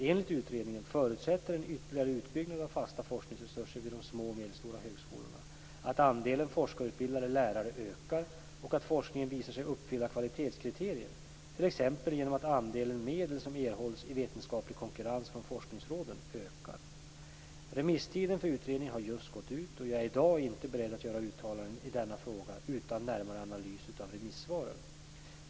Enligt utredningen förutsätter en ytterligare utbyggnad av fasta forskningsresurser vid de små och medelstora högskolorna att andelen forskarutbildade lärare ökar och att forskningen visar sig uppfylla kvalitetskriterier, t.ex. genom att andelen medel som erhålls i vetenskaplig konkurrens från forskningsråden ökar. Remisstiden för utredningen har just gått ut och jag är i dag inte beredd att göra uttalanden i denna fråga utan närmare analys av remissvaren.